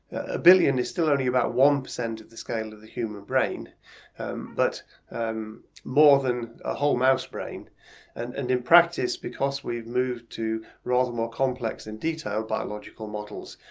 a billion is still only about one percent of the scale of the human brain but more than a whole mouse brain and and in practice because we've moved rather more complex and detailed biological models